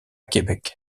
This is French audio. québec